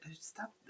Stop